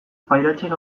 pairatzen